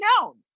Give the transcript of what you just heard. known